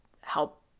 help